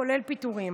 כולל פיטורים.